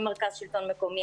עם מרכז השלטון המקומי,